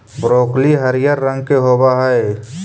broccoli हरियर रंग के होब हई